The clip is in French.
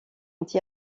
anti